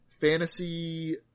fantasy